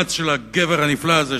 במאמץ של הגבר הנפלא הזה,